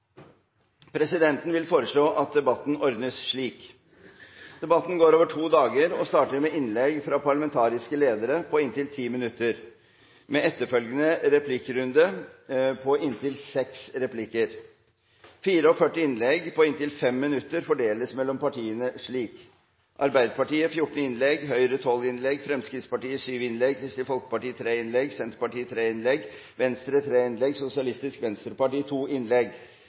Presidenten vil foreslå at debatten ordnes slik: Debatten går over to dager og starter med innlegg fra parlamentariske ledere på inntil 10 minutter, med etterfølgende replikkrunde på inntil seks replikker. 44 innlegg på inntil 5 minutter fordeles mellom partiene slik: Arbeiderpartiet 14 innlegg, Høyre 12 innlegg, Fremskrittspartiet 7 innlegg, Kristelig Folkeparti 3 innlegg, Senterpartiet 3 innlegg, Venstre 3 innlegg og Sosialistisk Venstreparti 2 innlegg. Cirka to